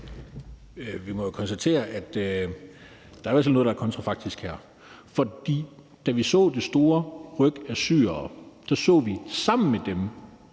Vi må jo altså konstatere, at der her er noget, der er kontrafaktisk. For da vi så det store ryk af syrere, så vi sammen med dem